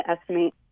estimate